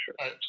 sure